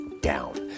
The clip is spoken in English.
down